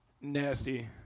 Nasty